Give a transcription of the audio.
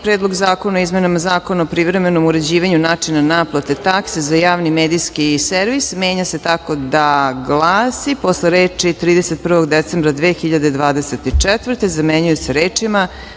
Predlog zakona o izmenama Zakona o privremenom uređivanju načina naplate takse za Javni medijski servis menja se tako da glasi – posle reči 31. decembra 2024. zamenjuje se rečima